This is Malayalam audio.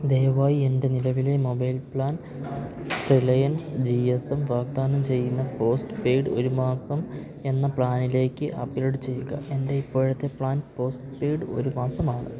ദയവായി എൻ്റെ നിലവിലെ mobile plan Reliance G S M വാഗ്ദാനം ചെയ്യുന്ന പോസ്റ്റ് പെയ്ഡ് ഒരു മാസം എന്ന പ്ലാനിലേക്ക് അപ്ഗ്രേഡ് ചെയ്യുക എൻ്റെ ഇപ്പോഴത്തെ പ്ലാൻ പോസ്റ്റ് പെയ്ഡ് ഒരു മാസമാണ്